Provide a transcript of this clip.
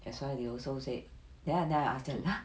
that's why they also said there and then I ask them !huh!